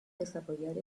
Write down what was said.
desarrollar